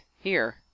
Here